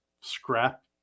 scrap